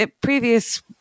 previous